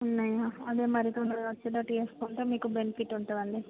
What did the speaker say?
ఉన్నాయా అదే మరి తొందరగా వచ్చేటట్టు చేసుకుంటే మీకు బెనిఫిట్ ఉంటుందండి